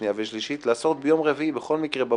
שניה ושלישית - לעשות ביום רביעי בבוקר